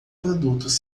produtos